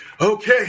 Okay